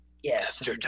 yes